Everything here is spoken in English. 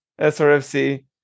SRFC